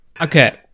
Okay